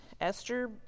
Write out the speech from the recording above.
Esther